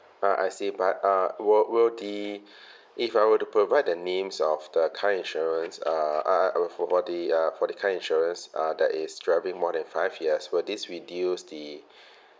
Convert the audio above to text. uh I see but uh will will the if I were to provide the names of the car insurance uh uh uh uh for the uh for the car insurance uh that is driving more than five years will this reduce the